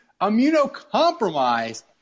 immunocompromised